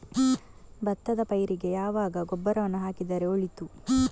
ಭತ್ತದ ಪೈರಿಗೆ ಯಾವಾಗ ಗೊಬ್ಬರವನ್ನು ಹಾಕಿದರೆ ಒಳಿತು?